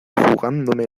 jugándome